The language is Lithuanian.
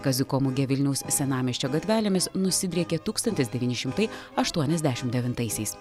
kaziuko mugė vilniaus senamiesčio gatvelėmis nusidriekė tūkstantis devyni šimtai aštuoniasdešimt devintaisiais